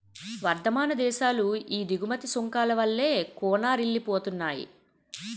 వర్థమాన దేశాలు ఈ దిగుమతి సుంకాల వల్లే కూనారిల్లిపోతున్నాయి